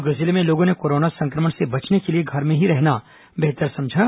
दुर्ग जिले में लोगों ने कोरोना संक्रमण से बचने के लिए घर में ही रहना बेहतर समझा